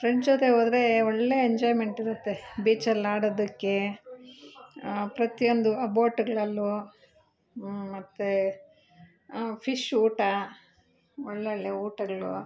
friends ಜೊತೆ ಹೋದ್ರೆ ಒಳ್ಳೆ ಎಂಜಾಯ್ಮೆಂಟ್ ಇರುತ್ತೆ ಬೀಚಲ್ಲಿ ಆಡೋದಕ್ಕೆ ಪ್ರತಿಯೊಂದು ಆ ಬೋಟ್ಗಳಲ್ಲೂ ಮತ್ತು ಫಿಶ್ ಊಟ ಒಳ್ಳೊಳ್ಳೆ ಊಟಗಳು